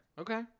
okay